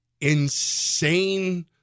insane